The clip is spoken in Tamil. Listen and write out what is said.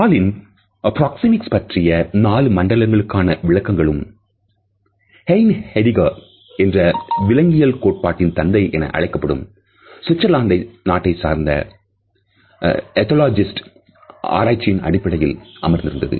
ஹாலின் பிராக்சேமிக்ஸ் பற்றிய 4 மண்டலங்களுக்கான விளக்கங்களும் Heini Hediger என்ற விலங்கியல் கோட்பாட்டின் தந்தை என அழைக்கப்படும் சுவிட்சர்லாந்து நாட்டைச் சார்ந்த Ethologist ன் ஆராய்ச்சியின் அடிப்படையில் அமர்ந்திருந்தது